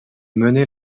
menait